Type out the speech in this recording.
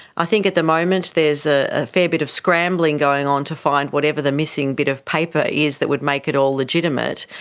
i think at the moment there is a fair bit of scrambling going on to find whatever the missing bit of paper is that would make it all legitimate.